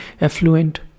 affluent